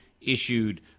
issued